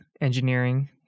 engineering